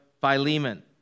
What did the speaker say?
Philemon